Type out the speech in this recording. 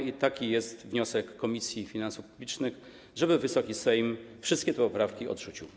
I taki jest wniosek Komisji Finansów Publicznych, żeby Wysoki Sejm wszystkie te poprawki odrzucił.